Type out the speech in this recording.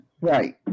Right